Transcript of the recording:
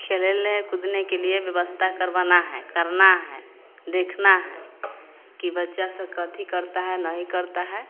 खेलने कूदने के लिए व्यवस्था करवाना है करना है देखना है कि बच्चा सब कती करता है कि नहीं करता है